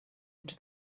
into